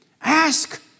Ask